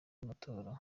y’amatora